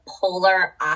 polar